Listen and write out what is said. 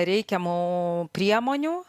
reikiamų priemonių